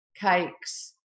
cakes